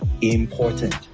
important